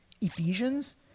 Ephesians